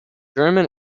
german